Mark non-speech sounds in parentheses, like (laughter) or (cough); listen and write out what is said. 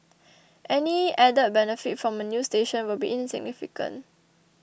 (noise) any added benefit from a new station will be insignificant